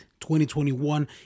2021